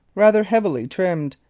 rather heavily trimmed,